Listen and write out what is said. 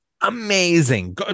Amazing